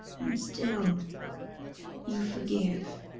and still you forgive